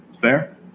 Fair